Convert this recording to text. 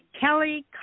Kelly